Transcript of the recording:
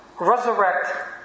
resurrect